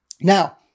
Now